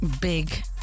big